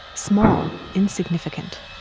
small, insignificant,